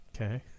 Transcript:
Okay